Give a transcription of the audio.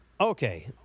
Okay